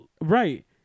right